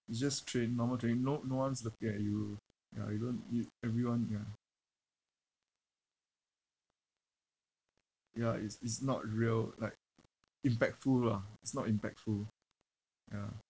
you just train normal training no no one's looking at you ya you don't you everyone ya ya it's it's not real like impactful lah it's not impactful ya